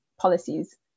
policies